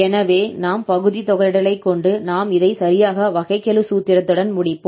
எனவே நாம் பகுதி தொகையிடலை கொண்டு நாம் இதை சரியாக வகைக்கெழு சூத்திரத்துடன் முடிப்போம்